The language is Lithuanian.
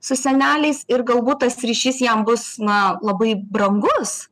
su seneliais ir galbūt tas ryšys jam bus na labai brangus